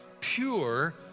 pure